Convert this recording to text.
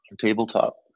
Tabletop